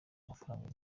amafaranga